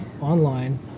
online